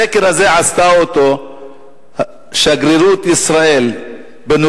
הסקר הזה, עשתה אותו שגרירות ישראל בנורבגיה,